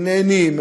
הם נהנים,